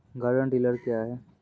Garden tiller क्या हैं?